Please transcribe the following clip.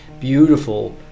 Beautiful